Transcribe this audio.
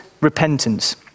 repentance